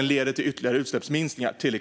leder till ytterligare utsläppsminskningar.